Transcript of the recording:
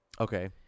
Okay